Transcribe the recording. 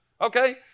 Okay